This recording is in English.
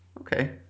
okay